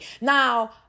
Now